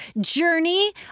Journey